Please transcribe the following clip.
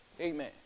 Amen